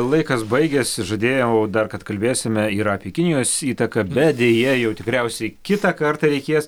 laikas baigės žadėjau dar kad kalbėsime ir apie kinijos įtaką bet deja jau tikriausiai kitą kartą reikės